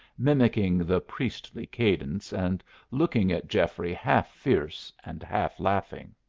mimicking the priestly cadence, and looking at geoffrey half fierce and half laughing.